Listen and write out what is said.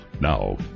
Now